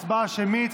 הצבעה שמית.